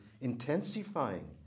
intensifying